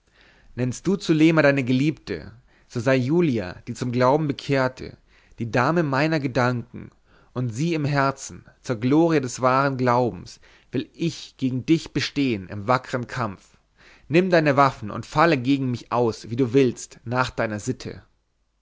nennst du zulema deine geliebte so sei julia die zum glauben bekehrte die dame meiner gedanken und sie im herzen zur glorie des wahren glaubens will ich gegen dich bestehen im wackern kampf nimm deine waffen und falle gegen mich aus wie du willst nach deiner sitte